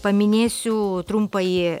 paminėsiu trumpąjį